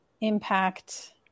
impact